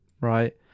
right